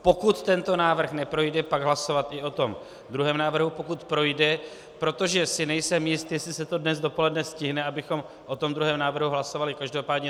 Pokud tento návrh neprojde, pak hlasovat i tom druhém návrhu, pokud projde, protože jsi nejsem jist, jestli se dnes dopoledne stihne, abychom o tom druhém návrhu hlasovali každopádně.